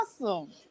awesome